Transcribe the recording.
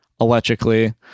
electrically